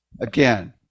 Again